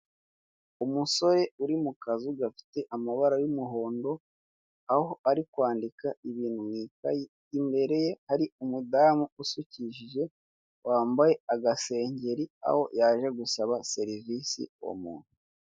Umusore uri mu kazu gafite amabara y'umuhondo aho ari kwandika ibintu mu ikayi, imbere ye hari umudamu usukishije wambaye agasengeri aho yaje gusaba serivisi uwo muntu.